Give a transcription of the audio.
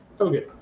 Okay